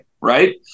right